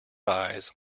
eyes